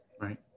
Right